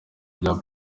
bya